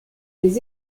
des